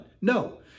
No